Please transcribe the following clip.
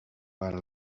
para